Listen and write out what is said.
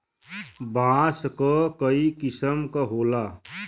बांस क कई किसम क होला